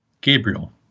Gabriel